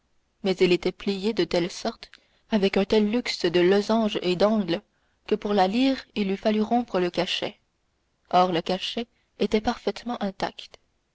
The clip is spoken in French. mais elle était pliée de telle sorte avec un tel luxe de losanges et d'angles que pour la lire il eût fallu rompre le cachet or le cachet était parfaitement intact